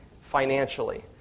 financially